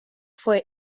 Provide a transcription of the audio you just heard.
fue